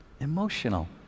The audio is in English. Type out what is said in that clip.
Emotional